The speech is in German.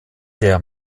der